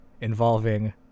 involving